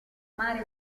mare